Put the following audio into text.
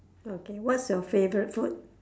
okay what's your favorite food